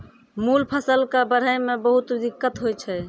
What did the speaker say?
मूल फसल कॅ बढ़ै मॅ बहुत दिक्कत होय छै